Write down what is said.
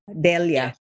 Delia